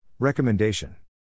Recommendation